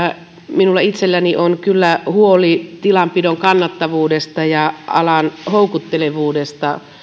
minulla itselläni on kyllä huoli tilanpidon kannattavuudesta ja alan houkuttelevuudesta